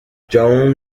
joan